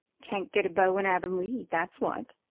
can't get a beau in avonlea, that's what,